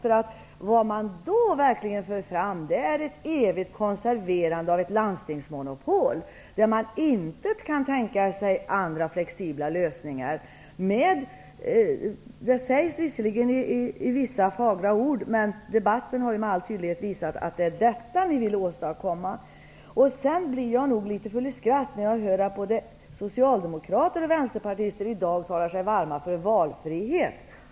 Då förde man verkligen fram synpunkter om ett evigt konserverande av ett landstingsmonopol där man inte kan tänka sig andra flexibla lösningar. Det sägs visserligen i vissa fagra ord, men debatten har med all tydlighet visat vad ni vill åstadkomma. Sedan blir man litet full i skratt när man hör att både socialdemokrater och vänsterpartister i dag talar sig varma för valfrihet.